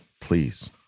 please